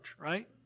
right